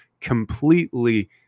completely